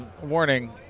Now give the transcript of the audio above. warning